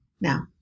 Now